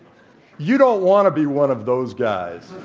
you don't want to be one of those guys.